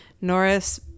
Norris